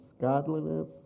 godliness